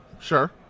sure